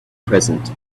present